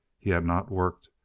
he had not worked,